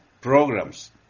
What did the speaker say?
programs